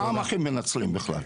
כמה הם מנצלים בכלל?